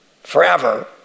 forever